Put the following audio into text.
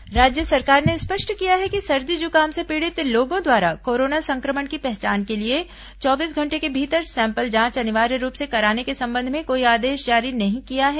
corona जांच स्पष्टीकरण राज्य सरकार ने स्पष्ट किया है कि सर्दी जुकाम से पीड़ित लोगों द्वारा कोरोना संक्रमण की पहचान के लिए चौबीस घंटे के भीतर सैंपल जांच अनिवार्य रूप से कराने के संबंध में कोई आदेश जारी नहीं किया है